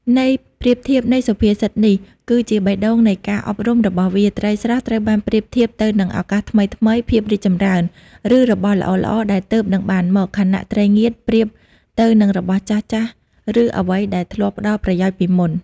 ន័យប្រៀបធៀបនៃសុភាសិតនេះ គឺជាបេះដូងនៃការអប់រំរបស់វា ត្រីស្រស់ ត្រូវបានប្រៀបធៀបទៅនឹងឱកាសថ្មីៗ ភាពរីកចម្រើន ឬរបស់ល្អៗដែលទើបនឹងបានមក ខណៈ ត្រីងៀត ប្រៀបទៅនឹងរបស់ចាស់ៗ ឬអ្វីដែលធ្លាប់ផ្តល់ប្រយោជន៍ពីមុន។